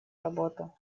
работу